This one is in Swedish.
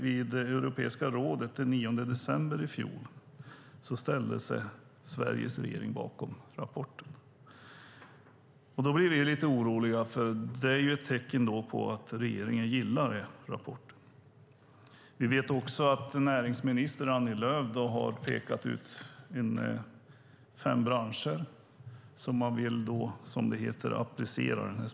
Vid Europeiska rådet den 9 december i fjol ställde sig Sveriges regering bakom rapporten. Vi blev lite oroliga, för det var ju ett tecken på att regeringen gillade rapporten. Vi vet också att näringsminister Annie Lööf har pekat ut fem branscher som man vill applicera det här småföretagartestet på.